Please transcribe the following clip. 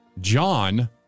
John